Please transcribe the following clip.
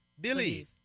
Believe